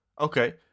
Okay